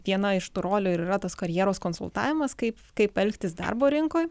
viena iš tų rolių yra tas karjeros konsultavimas kaip kaip elgtis darbo rinkoj